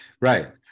right